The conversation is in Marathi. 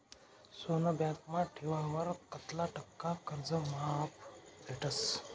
सोनं बँकमा ठेवावर कित्ला टक्का कर्ज माफ भेटस?